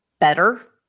better